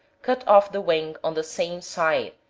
cut off the wing on the same side,